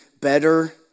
Better